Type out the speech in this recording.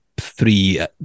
three